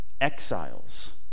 exiles